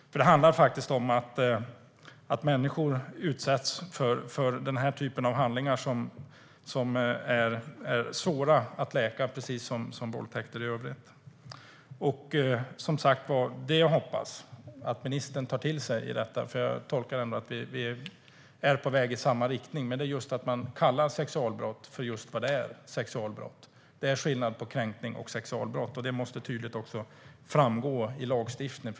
Det handlar om att människor utsätts för gärningar som är svåra att läka, på samma sätt som våldtäkter i övrigt. Jag tolkar ministern så att vi är på väg i samma riktning, och jag hoppas därför att man kommer att kalla sexualbrott för vad det är, nämligen sexualbrott. Det är skillnad på kränkning och sexualbrott, och det måste tydligt framgå i lagstiftningen.